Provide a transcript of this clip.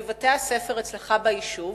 בבתי-הספר אצלך ביישוב: